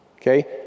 Okay